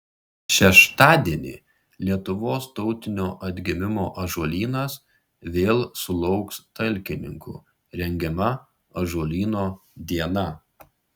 šeštadienį lietuvos tautinio atgimimo ąžuolynas vėl sulauks talkininkų rengiama ąžuolyno diena